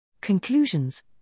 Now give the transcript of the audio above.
Conclusions